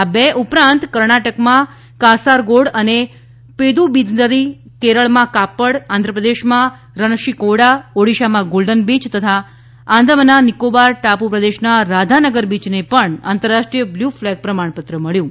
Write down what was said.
આ બે ઉપરાંત કર્ણાટકમાં કાસારગોડ અને પેદુબીદરી કેરળમાં કાપ્પડ આંધ્રપ્રદેશમાં રનશીકોંડા ઓડીશામાં ગોલ્ડન બીચ તથા આંદમના નિકોબાર ટાપુ પ્રદેશમાં રાધાનગર બીચને પણ આંતરરાષ્ટ્રીય બ્લુ ફલેગ પ્રમાણપત્ર મબ્યુ છે